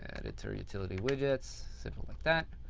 editor utility widgets, simple like that.